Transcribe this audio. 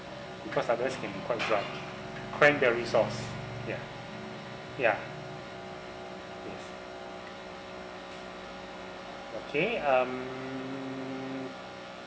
because sometimes can be quite dry cranberry sauce ya ya okay um